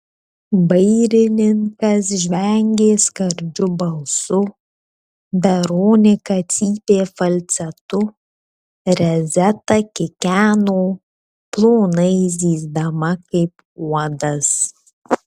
vairininkas žvengė skardžiu balsu veronika cypė falcetu rezeta kikeno plonai zyzdama kaip uodas